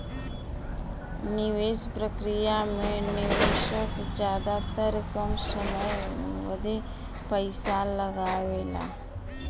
निवेस प्रक्रिया मे निवेशक जादातर कम समय बदे पइसा लगावेला